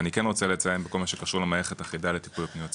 ואני כן רוצה לציין בכל מה שקשור למערכת האחידה לטיפול בפניות הציבור.